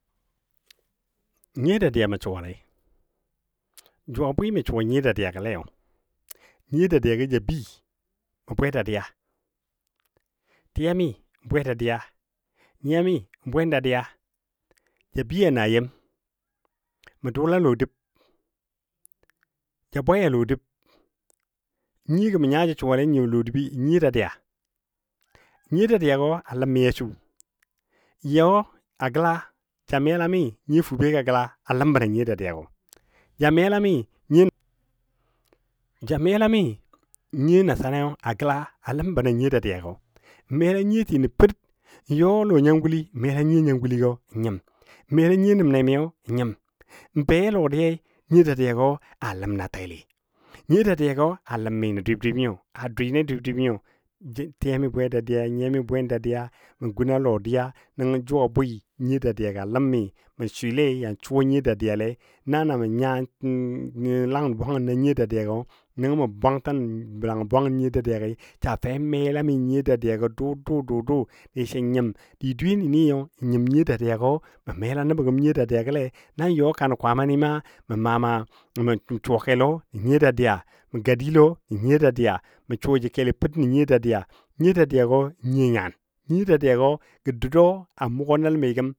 Nyiyo dadiya mə suwalei juwa bwi mə suwa nyiyo dadiyagəlei ja bəi mə bwe dadiya tiyami bwe dadiya nyiya bwen dadiya ja bəi a na yem mə dull a Lɔ dəb ja bwai a lɔ dəb, nyiyogɔ mə nya ja suwale a lɔ dəbbi nyiyo dadiya, nyiyo dadiya gɔ a ləmmi a su, n yɔ a gəla ja melami nyiyo fube gɔ a gəla a ləmbɔ na nyi yo dadiya gə, ja melami nyiyo ja melami nyiyo nasana a gəla a ləmbɔ na nyiyo dadiya gɔ. N mela nyiyotinɔ Ped n yɔ a lɔ nyanguli n melami nyiyo nyanguligɔ n nyim, n mela nyiyo nəbnemiyo n nyim n be a lodiyai nyiyo dadiya gɔ a ləm na təli. Nyiyo dadiyagɔ a ləmi nə dwib dwib nyo, doui nə dwib dwib nyo jə tiyami bwe dadiya nyiya me bwen daiya mə gun lɔdiya nəngɔ jʊ a bwɨ nyiyo dadiyago a ləmi mə swɨ yɔn suwa nyiyo dadiyale na na mə nya langan bwangən na nyiyo dadiyagɔ nəngɔ mə bwangtən langən bwangən nyiyo dadiyagi Sa fɛ melami nyiyo dadiya gɔ dʊ dʊ dʊ dʊi sən nyim di dweyeni n nyim nyiyo dadiyagɔ, mə mela nəbɔ gəm nyiyo dadiyagɔle, nan yɔ kan Kwaamani ma mə maa maa kelo nən nyiyo dadiya n gadilo nən nyiyo dadiya, suwaji kelo Per nə nyiyo dadiya, nyiyo dadiyagɔ nyiyo nyan, nyiyo dadiyagɔ gə dou dou a mʊgɔ nəl mi gəm.